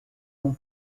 com